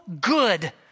good